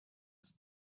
was